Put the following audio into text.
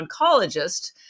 oncologist